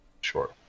Sure